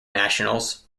nationals